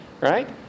right